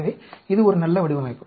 எனவே இது ஒரு நல்ல வடிவமைப்பு